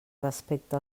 respecte